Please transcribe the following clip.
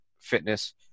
fitness